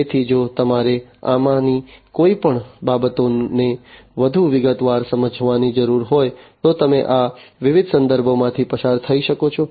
તેથી જો તમારે આમાંની કોઈપણ બાબતોને વધુ વિગતવાર સમજવાની જરૂર હોય તો તમે આ વિવિધ સંદર્ભોમાંથી પસાર થઈ શકો છો